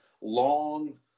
long